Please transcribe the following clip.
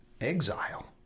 exile